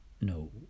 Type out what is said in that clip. No